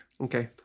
okay